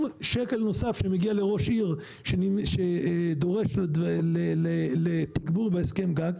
שקל נוסף שמגיע לראש עיר שדורש לתגבור בהסכם גג,